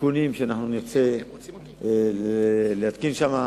בתיקונים שאנחנו נרצה להתקין בה.